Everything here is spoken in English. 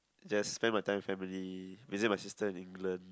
just spend my time with family visit my sister in England